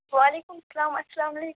وعلیکُم اسلام اَسلام علیکُم